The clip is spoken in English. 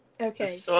Okay